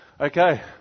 Okay